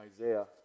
Isaiah